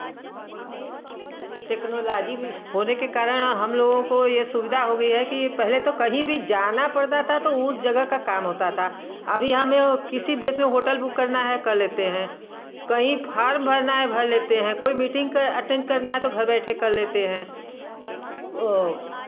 technology भी होने के कारण हम लोगों को यह सुविधा हो गई है कि पहले तो कहीं भी जाना पड़ता था तो उस जगह का काम होता था अभी हमें वह किसी देश में होटल बुक करना है कर लेते हैं कहीं फॉर्म भरना है भर लेते हैं कोई मीटिंग क अटेंड करना है तो घर बैठे कर लेते हैं